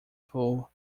full